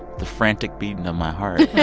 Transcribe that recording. the frantic beating of my heart